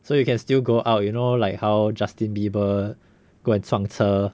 so you can still go out you know like how justin bieber go and 撞车